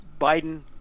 Biden